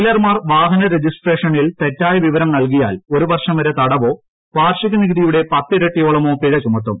ഡീലർമാർ വാഹന രജിസ്ട്രേഷനിൽ തെറ്റായ വിവരം നൽകിയാൽ ഒരു വർഷം വരെ തടവോ വാർഷിക നികുതിയുടെ പത്ത് ഇരട്ടിയോളമോ പിഴ ചുമത്തും